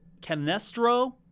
Canestro